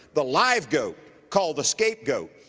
the live goat called the scapegoat,